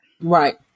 Right